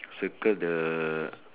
circle the